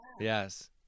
Yes